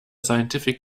scientific